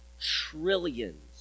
trillions